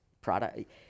product